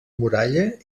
muralla